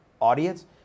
audience